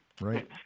right